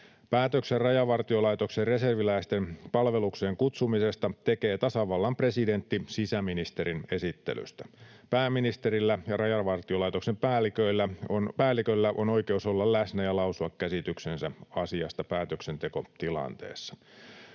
Päätöksen Rajavartiolaitoksen reserviläisten palvelukseen kutsumisesta tekee tasavallan presidentti sisäministerin esittelystä. Pääministerillä ja Rajavartiolaitoksen päälliköllä on oikeus olla läsnä ja lausua käsityksensä asiasta päätöksentekotilanteessa.